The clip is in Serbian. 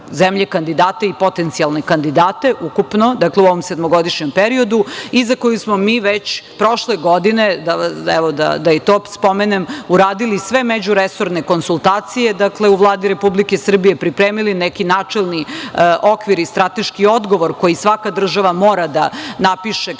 zemlje kandidate i potencijalne kandidate ukupno, dakle, u ovom sedmogodišnjem periodu, i za koju smo mi već prošle godine, evo da i to spomenem, uradili sve međuresorne konsultacije u Vladi Republike Srbije, pripremili neki načelni okvir i strateški odgovor koji svaka država mora da napiše kao